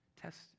test